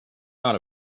not